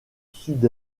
sud